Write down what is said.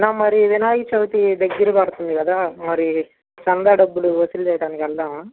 అన్నా మరి వినాయక చవితి దగ్గర పడుతుంది కదా మరి చందా డబ్బులు వసూలు చేయడానికి వెళదామా